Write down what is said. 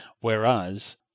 Whereas